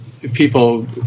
people